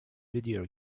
video